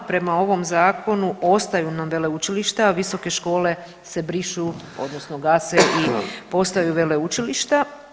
Prema ovom zakonu ostaju nam veleučilišta, a visoke škole se brišu odnosno gase i postaju veleučilišta.